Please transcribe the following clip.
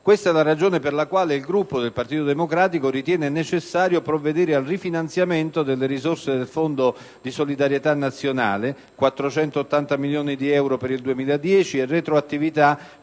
Questa è la ragione per la quale il Gruppo del Partito Democratico ritiene necessario provvedere al rifinanziamento delle risorse del Fondo di solidarietà nazionale, con 480 milioni di euro per il 2010 e con la retroattività